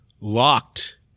locked